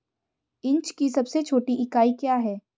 Inch की सबसे छोटी इकाई क्या है?